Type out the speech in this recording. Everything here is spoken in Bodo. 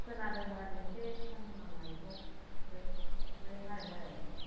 खोनादोंमोन एसे होननायखौ ओमफ्राय मारै मारै